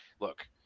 look